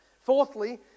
Fourthly